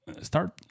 start